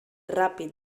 ràpid